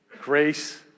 grace